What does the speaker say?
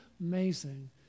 amazing